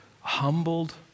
humbled